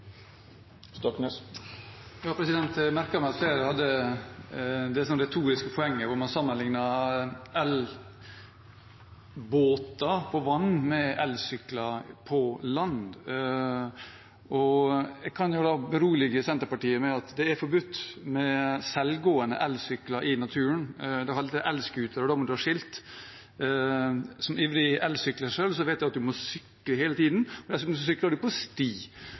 Jeg merket meg at flere hadde det retoriske poenget at man sammenliknet elbåter på vann med elsykler på land. Jeg kan da berolige Senterpartiet med at det er forbudt med selvgående elsykler i naturen – man har elscootere, men da må man ha skilt. Som ivrig elsyklist selv vet jeg at man må sykle hele tiden, og dessuten sykler man på sti,